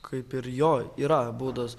kaip ir jo yra būdas